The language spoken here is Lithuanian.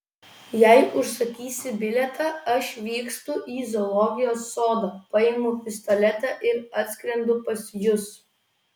jei užsakysi bilietą aš vykstu į zoologijos sodą paimu pistoletą ir atskrendu pas jus